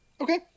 Okay